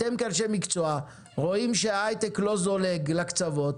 אתם כאנשי מקצוע רואים שההייטק לא זולג לקצוות,